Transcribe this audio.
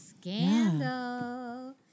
Scandal